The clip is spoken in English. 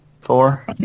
four